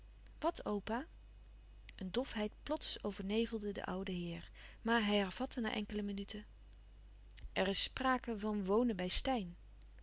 een dofheid plots overnevelde den ouden heer maar hij hervatte na enkele minuten er is sprake van wonen bij steyn